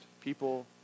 people